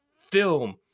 film